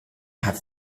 have